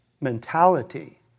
mentality